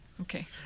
Okay